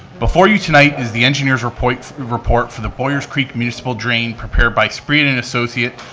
before you tonight, is the engineers report report for the boyers creek municipal drain prepared by spring and associate,